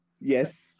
Yes